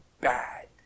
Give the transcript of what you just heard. bad